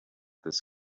this